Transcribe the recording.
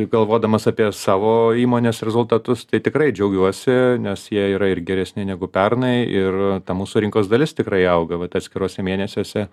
galvodamas apie savo įmonės rezultatus tai tikrai džiaugiuosi nes jie yra ir geresni negu pernai ir ta mūsų rinkos dalis tikrai auga vat atskiruose mėnesiuose